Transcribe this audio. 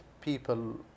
people